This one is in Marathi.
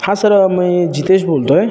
हां सर मी जितेश बोलतो आहे